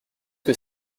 que